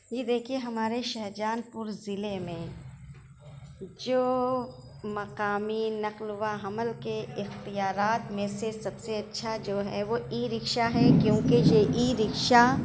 جی دیکھیے ہمارے شاہجہاں پور ضلع میں جو مقامی نقل و حمل کے اختیارات میں سے سب سے اچھا جو ہے وہ ای رکشہ ہے کیوں کہ یہ ای رکشہ